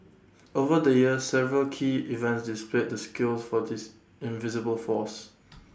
over the years several key events displayed the skills for this invisible force